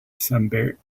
somewhere